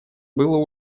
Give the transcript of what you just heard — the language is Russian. было